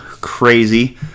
crazy